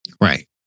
Right